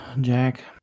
Jack